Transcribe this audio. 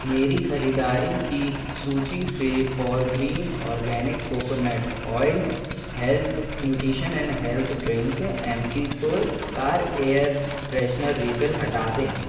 मेरी ख़रीदारी की सूचि से फ़ोरग्रीन आर्गेनिक कोकोनट तेल Complan nutrition and health drink और Ambipur car air freshener refill हटा दें